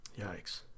Yikes